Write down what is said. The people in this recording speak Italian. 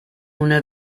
una